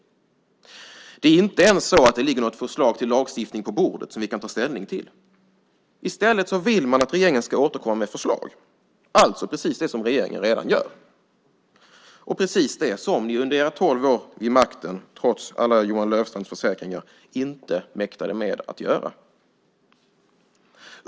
Det är inte ens så att det ligger något förslag till lagstiftning på bordet som vi kan ta ställning till. I stället vill man att regeringen ska återkomma med förslag, alltså precis det som regeringen redan gör, och precis det som ni under era tolv år vid makten, trots alla Johan Löfstrands försäkringar, inte mäktade med att göra.